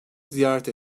ziyaret